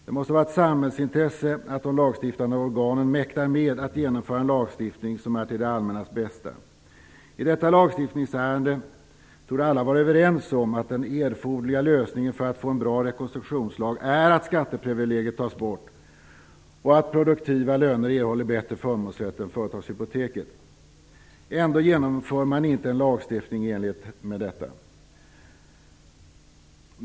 Det måste vara ett samhällsintresse att de lagstiftande organen mäktar med att genomföra en lagstiftning som är till det allmännas bästa. I detta lagstiftningsärende torde alla vara överens om att den erforderliga lösningen för att få en bra rekonstruktionslag är att skatteprivilegiet tas bort och att produktiva löner erhåller bättre förmånsrätt än företagshypoteket. Ändå genomför man inte en lagstiftning i enlighet med detta.